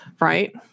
right